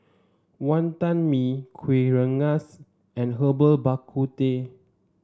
Wantan Mee Kuih Rengas and Herbal Bak Ku Teh